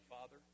Father